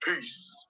Peace